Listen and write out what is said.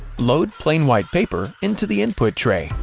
load plain white paper into the input tray,